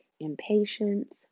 impatience